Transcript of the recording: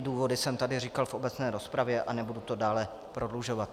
Důvody jsem tady říkal v obecné rozpravě a nebudu to dále prodlužovat.